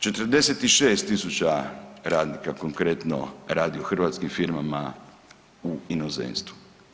46 tisuća radnika, konkretno radi u hrvatskim firmama u inozemstvu.